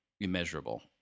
immeasurable